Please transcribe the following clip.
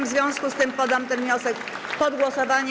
W związku z tym poddam ten wniosek pod głosowanie.